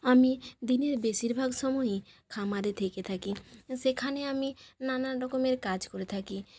আমি দিনের বেশিরভাগ সময়ই খামারে থেকে থাকি সেখানে আমি নানান রকমের কাজ করে থাকি